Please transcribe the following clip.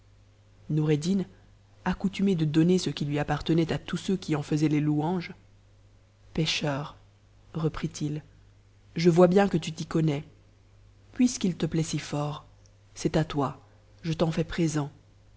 nom'cddin accoutumé de donner ce qui lui appartenait à tous ceux i en lisaient les louanges pêcheur reprit-il je vois bien que tu t'y ais puisqu'il te plaît si fort c'est à toi je t'en fais présent